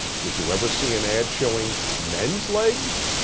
would you ever see an ad showing men's legs?